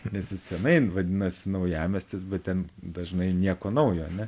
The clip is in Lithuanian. nes jis senai vadinasi naujamiestis bet ten dažnai nieko naujo ane